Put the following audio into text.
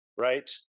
right